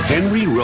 Henry